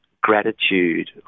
gratitude